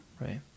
Right